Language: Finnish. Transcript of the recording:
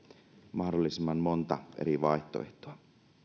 mahdollisimman monta eri vaihtoehtoa